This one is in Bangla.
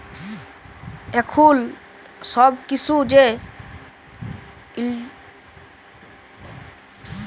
এখুল সব কিসু যে ইন্টারলেটে হ্যয় তার জনহ এগুলা লাগে